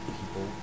people